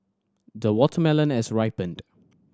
the watermelon has ripened